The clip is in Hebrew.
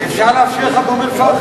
אפשר להפשיר גם את אום-אל-פחם.